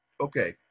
okay